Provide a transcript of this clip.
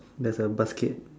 there's a basket